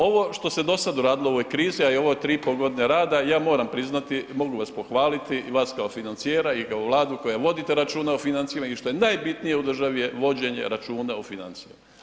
Ovo što se dosad uradilo u ovoj krizi, a ove 3,5.g. rada ja moram priznati, mogu vas pohvaliti i vas kao financijera i kao Vladu koja vodite računa o financijama i što je najbitnije u državi je vođenje računa o financijama.